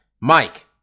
Mike